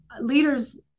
leaders